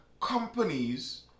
companies